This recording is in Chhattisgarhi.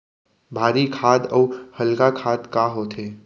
भारी खाद अऊ हल्का खाद का होथे?